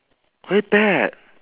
very bad